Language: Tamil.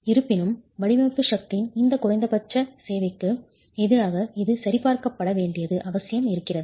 இருப்பினும் வடிவமைப்பு சக்தியின் இந்த குறைந்தபட்ச தேவைக்கு எதிராக இது சரிபார்க்கப்பட வேண்டியது அவசியம் இருக்கிறது